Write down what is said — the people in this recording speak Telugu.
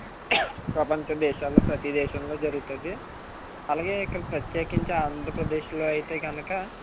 ప్రపంచ దేశాల్లో ప్రతీ దేశంలో జరుగుతుంది అలాగే ఇక్కడ ప్రత్యేకించి ఆంధ్రప్రదేశ్లో అయితే కనుక